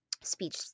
speech